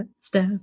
staff